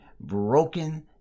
broken